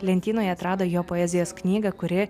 lentynoje atrado jo poezijos knygą kuri